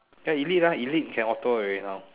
ya elite ah elite can auto already now